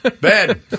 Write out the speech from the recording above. Ben